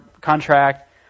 contract